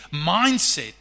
mindset